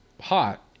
hot